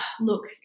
look